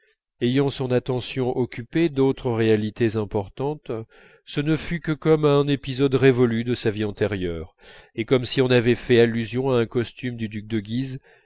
ayant son attention occupée d'autres réalités importantes ce ne fut que comme à un épisode révolu de sa vie antérieure et comme si on avait fait allusion à un costume du duc de guise